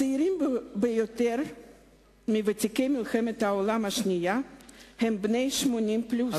הצעירים ביותר בין ותיקי מלחמת העולם השנייה הם בני 80 פלוס,